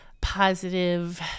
positive